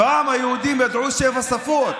פעם היהודים ידעו שבע שפות.